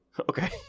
Okay